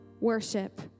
worship